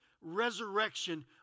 resurrection